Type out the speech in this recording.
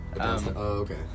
okay